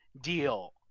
deal